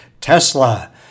Tesla